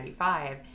1995